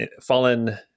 fallen